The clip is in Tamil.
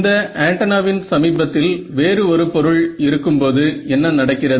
இந்த ஆன்டென்னாவின் சமீபத்தில் வேறு ஒரு பொருள் இருக்கும் போது என்ன நடக்கிறது